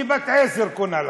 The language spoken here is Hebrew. היא בת עשר קונה לך.